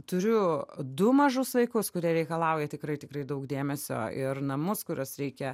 turiu du mažus vaikus kurie reikalauja tikrai tikrai daug dėmesio ir namus kuriuos reikia